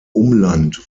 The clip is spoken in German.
umland